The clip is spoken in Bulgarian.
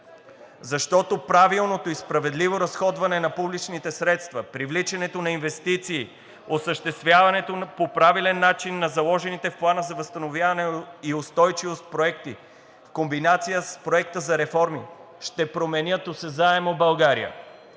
Защото правилното и справедливо разходване на публичните средства, привличането на инвестиции, осъществяването по правилен начин на заложените в Плана за възстановяване и устойчивост проекти в комбинация с Проекта за реформи ще променят осезаемо България,